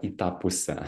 į tą pusę